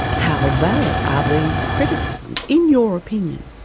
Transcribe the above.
how valid are these criticisms, in your opinion?